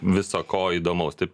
visa ko įdomaus taip